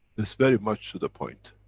it's very much to the point.